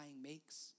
makes